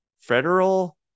Federal